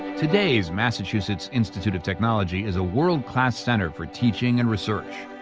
today's massachusetts institute of technology is a world class center for teaching and research.